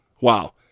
Wow